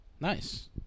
Nice